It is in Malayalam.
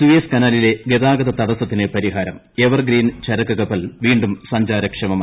സൂയസ് കനാലിലെ ഗതാഗത തടസത്തിന് പരിഹാരം എവർഗ്രീൻ ചരക്ക് കപ്പൽ വീണ്ടും സഞ്ചാരക്ഷമമായി